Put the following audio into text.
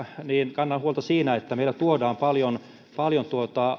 kannan huolta siitä että meille tuodaan paljon paljon